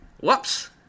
Whoops